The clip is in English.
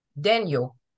Daniel